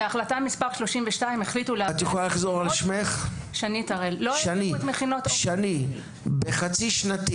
בהחלטה מספר 32 החליטו --- שנית, בחצי שנתי